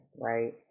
right